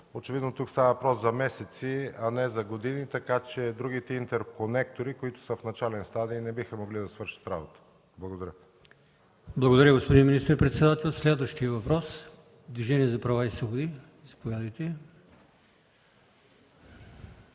очевидно тук става въпрос за месеци, а не за години, така че другите интерконектори, които са в начален стадий, не биха могли да свършат работа. Благодаря. ПРЕДСЕДАТЕЛ АЛИОСМАН ИМАМОВ: Благодаря, господин министър-председател. Следващият въпрос е от Движението за права и свободи. Заповядайте,